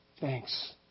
Thanks